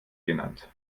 genannt